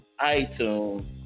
iTunes